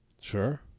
sure